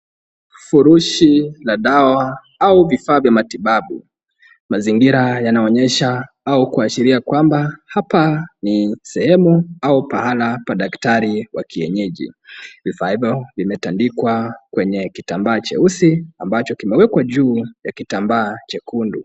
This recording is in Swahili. Furushi la dawa au vifaa vya matibabu, mazingira yanaonyesha au kuashiria kwamba hapa ni sehemu au pahala pa daktari wa kienyeji, vifaa hivyo vimetandikwa kwenye kitambaa cheusi ambacho kimewekwa juu ya kitambaa chekundu.